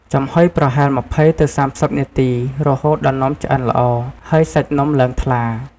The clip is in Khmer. ចំហុយប្រហែល ២០ទៅ៣០ នាទី រហូតដល់នំឆ្អិនល្អ ហើយសាច់នំឡើងថ្លា។